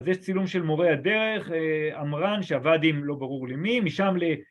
אז יש צילום של מורה הדרך, אמרן, שעבד עם לא ברור למי, משם ל...